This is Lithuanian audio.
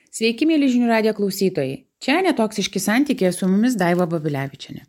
sveiki mieli žinių radijo klausytojai čia netoksiški santykiai su mumis daiva babilevičienė